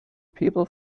people